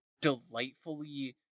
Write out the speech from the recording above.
delightfully